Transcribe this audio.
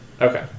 Okay